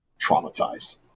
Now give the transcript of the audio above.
traumatized